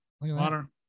water